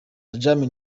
ramjaane